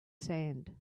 sand